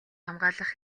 хамгаалах